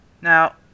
Now